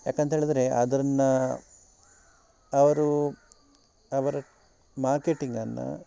ಯಾಕಂಥೇಳಿದ್ರೆ ಅದನ್ನ ಅವರು ಅವರ ಮಾರ್ಕೆಟಿಂಗನ್ನು